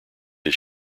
his